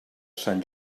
sant